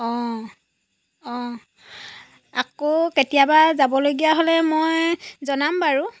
অঁ অঁ আকৌ কেতিয়াবা যাবলগীয়া হ'লে মই জনাম বাৰু